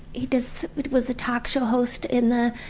he was was the talk show host in the,